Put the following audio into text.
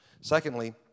Secondly